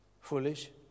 foolish